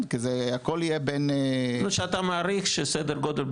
אתה מעריך שסדר גודל,